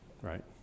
Right